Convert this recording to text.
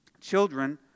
Children